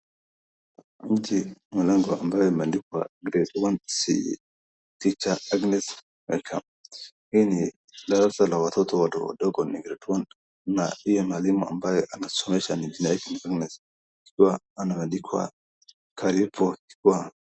mti mlango wa mbao ambao umeandikwa [ grade one c Tr.Agnes welcome hii ni darasa la watoto wadogo wadogo ni grade one na huyo mwalimu ambaye anasomesha ameandika karibu